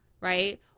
right